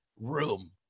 room